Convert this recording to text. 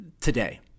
today